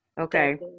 Okay